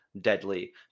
deadly